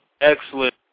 Excellent